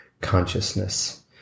consciousness